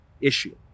issue